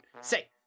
Say